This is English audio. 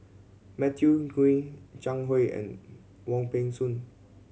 Matthew Ngui Zhang Hui and Wong Peng Soon